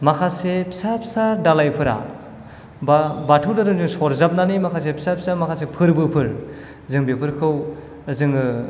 माखासे फिसा फिसा दालायफोरा बा बाथौ धाेरोमजों सरजाबनानै माखासे फिसा फिसा माखासे फोरबोफोर जों बेफोरखौ जोङो